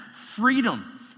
freedom